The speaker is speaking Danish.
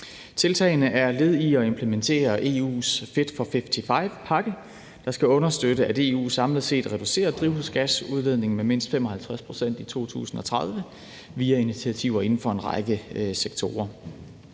Tiltagene er et led i at implementere EU's Fit for 55-pakke, der skal understøtte, at EU samlet set reducerer drivhusgasudledningen med mindst 55 pct. i 2030 via initiativer inden for en række sektorer.